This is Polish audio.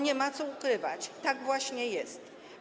Nie ma co ukrywać: tak właśnie jest.